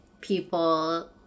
people